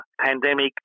pandemic